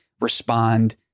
respond